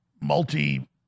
multi-